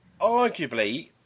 arguably